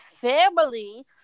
family